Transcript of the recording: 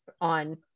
On